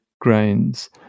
grains